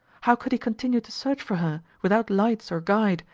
how could he continue to search for her, without lights or guide,